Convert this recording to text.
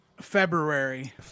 February